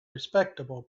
respectable